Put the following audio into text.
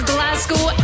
Glasgow